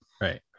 Right